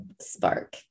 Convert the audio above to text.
spark